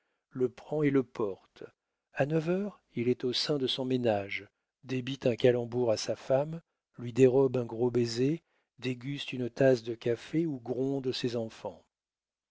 le prend et le porte a neuf heures il est au sein de son ménage débite un calembour à sa femme lui dérobe un gros baiser déguste une tasse de café ou gronde ses enfants